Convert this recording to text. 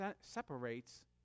separates